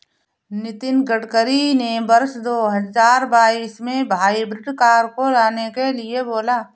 नितिन गडकरी ने वर्ष दो हजार बाईस में हाइब्रिड कार को लाने के लिए बोला